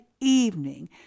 evening